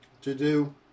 to-do